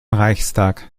reichstag